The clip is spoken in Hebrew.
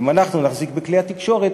אם אנחנו נחזיק בכלי התקשורת,